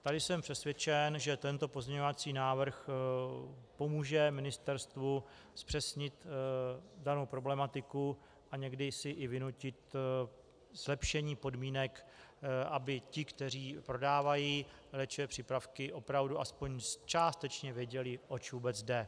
Tady jsem přesvědčen, že tento pozměňovací návrh pomůže ministerstvu zpřesnit danou problematiku a někdy si i vynutit zlepšení podmínek, aby ti, kteří prodávají léčivé přípravky, opravdu aspoň částečně věděli, oč vůbec jde.